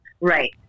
Right